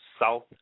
South